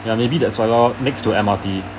ya maybe that's why lor next to M_R_T